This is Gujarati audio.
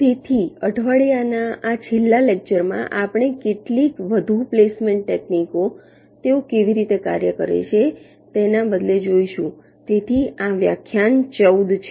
તેથી અઠવાડિયાના આ છેલ્લા લેક્ચરમાં આપણે કેટલીક વધુ પ્લેસમેન્ટ ટેકનિકો તેઓ કેવી રીતે કાર્ય કરે છે તેના બદલે જોઈશું તેથી આ વ્યાખ્યાન 14 છે